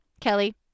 Kelly